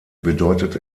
bedeutet